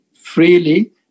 freely